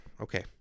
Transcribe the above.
Okay